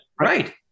Right